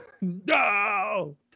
no